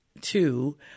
two